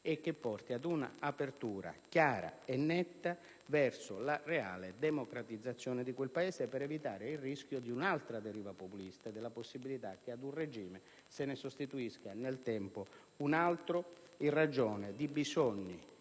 Paese e ad un'apertura chiara e netta verso la reale democratizzazione di quel Paese per evitare il rischio di un'altra deriva populista e della possibilità che ad un regime se ne sostituisca nel tempo un altro in ragione di bisogni